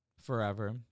forever